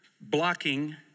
blocking